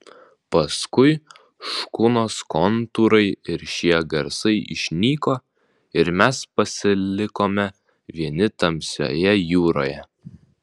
paskui škunos kontūrai ir šie garsai išnyko ir mes pasilikome vieni tamsioje jūroje